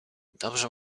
dobrze